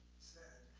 said